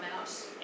out